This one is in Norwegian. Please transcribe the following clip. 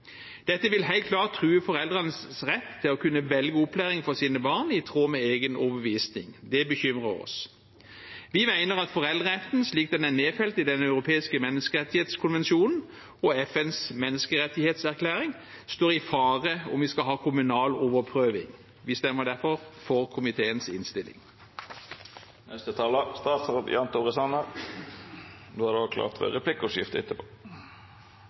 Dette vil helt klart true foreldrenes rett til å kunne velge opplæring for sine barn i tråd med egen overbevisning. Det bekymrer oss. Vi mener at foreldreretten, slik den er nedfelt i den europeiske menneskerettskonvensjonen og FNs menneskerettighetserklæring, står i fare om vi skal ha kommunal overprøving. Vi stemmer derfor for komiteens innstilling. Jeg vil først understreke at regjeringens viktigste jobb er